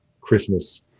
Christmas